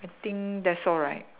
I think that's all right